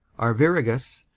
arviragus,